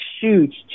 huge